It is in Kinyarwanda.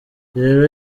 rero